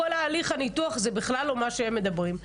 הליך הניתוח זה בכלל לא מה שהם מדברים.